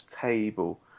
table